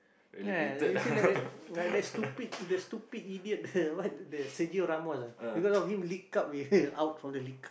right you see like uh like stupid the stupid idiot the what the Sergio-Ramos ah because of him League up with out from the League